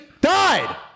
died